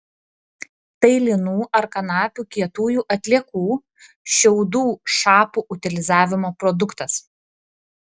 tai linų ar kanapių kietųjų atliekų šiaudų šapų utilizavimo produktas